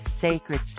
sacred